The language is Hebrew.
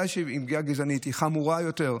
שהיא חמורה יותר,